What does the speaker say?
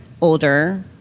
older